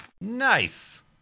Nice